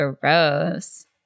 gross